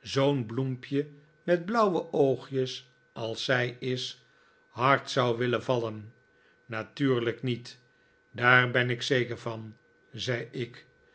zoo'n bloempje met blauwe oogjes als zij is hard zou willen vallen natuurlijk niet daar ben ik zeker van zei ik